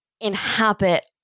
inhabit